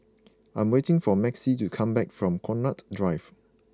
I'm waiting for Maxie to come back from Connaught Drive